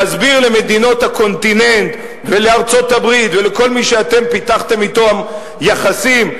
להסביר למדינות הקונטיננט ולארצות-הברית ולכל מי שאתם פיתחתם אתו יחסים,